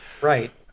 Right